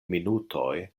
minutoj